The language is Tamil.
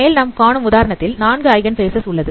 மேல் காணும் உதாரணத்தில் 4 ஐகன் பேசஸ் உள்ளது